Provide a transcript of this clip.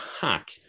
hack